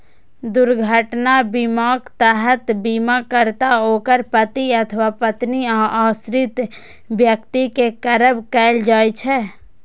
दुर्घटना बीमाक तहत बीमाकर्ता, ओकर पति अथवा पत्नी आ आश्रित व्यक्ति कें कवर कैल जाइ छै